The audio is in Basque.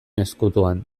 ezkutuan